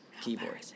keyboard